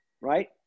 right